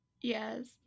yes